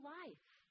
life